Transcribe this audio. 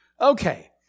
Okay